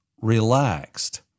relaxed